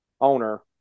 owner